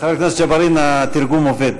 חבר הכנסת ג'בארין, התרגום עובד.